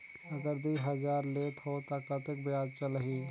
अगर दुई हजार लेत हो ता कतेक ब्याज चलही?